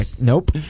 Nope